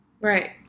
Right